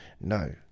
No